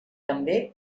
també